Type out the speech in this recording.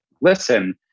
listen